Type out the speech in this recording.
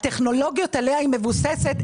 הטכנולוגיות עליה היא מבוססת,